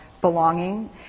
belonging